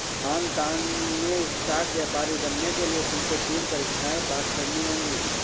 Hong काँग में stock व्यापारी बनने के लिए तुमको तीन परीक्षाएं पास करनी होंगी